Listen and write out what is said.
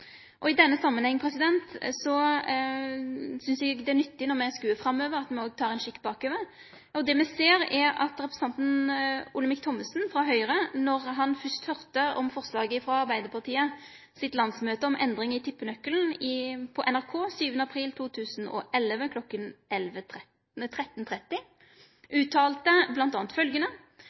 I denne samanhengen synest eg det er nyttig at me, når me ser framover, òg tek ein kikk bakover. Det me ser, er at representanten Olemic Thommessen frå Høgre, da han først høyrde om forslaget frå Arbeidarpartiets landsmøte om endring i tippenøkkelen, bl.a. uttalte følgjande til NRK 7. april 2011